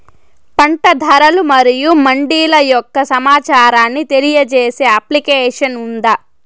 పంట ధరలు మరియు మండీల యొక్క సమాచారాన్ని తెలియజేసే అప్లికేషన్ ఉందా?